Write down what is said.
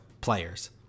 players